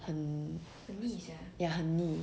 很 ya 很腻